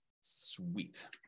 Sweet